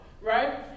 right